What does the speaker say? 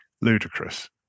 ludicrous